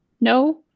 no